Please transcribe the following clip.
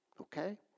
Okay